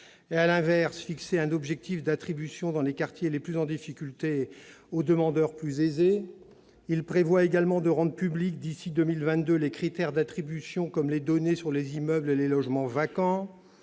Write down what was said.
et, à l'inverse, fixer un objectif d'attribution dans les quartiers les plus en difficulté aux demandeurs plus aisés. Il prévoit également de rendre publics, d'ici à 2022, les critères d'attribution comme les données sur les immeubles et les logements vacants.